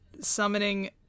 summoning